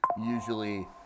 usually